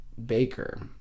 Baker